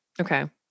Okay